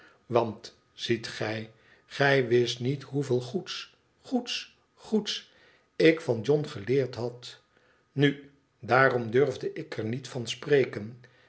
want ziet gij gij wist niet hoeveel goeds gfoeds goeds ik van john geleerd had nu daarom durfde ik er niet van spreken